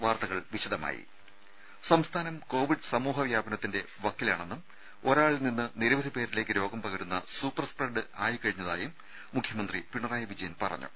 വാർത്തകൾ വിശദമായി കോവിഡ് സംസ്ഥാനം സമൂഹ വ്യാപനത്തിന്റെ വക്കിലാണെന്നും ഒരാളിൽ നിന്ന് നിരവധി പേരിലേക്ക് രോഗം പകരുന്ന സൂപ്പർ സ്പ്രെഡ് ആയിക്കഴിഞ്ഞതായും മുഖ്യമന്ത്രി പിണറായി വിജയൻ പറഞ്ഞു